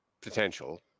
potential